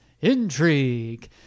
Intrigue